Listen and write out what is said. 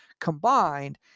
combined